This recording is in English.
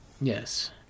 Yes